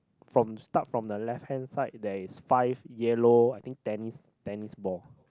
from start from the left hand side there's five yellow I think tennis tennis ball